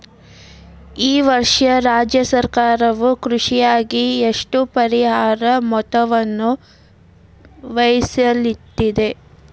ಈ ವರ್ಷ ರಾಜ್ಯ ಸರ್ಕಾರವು ಕೃಷಿಗಾಗಿ ಎಷ್ಟು ಪರಿಹಾರ ಮೊತ್ತವನ್ನು ಮೇಸಲಿಟ್ಟಿದೆ?